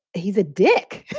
he's a dick.